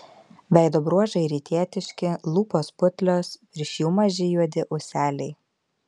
veido bruožai rytietiški lūpos putlios virš jų maži juodi ūseliai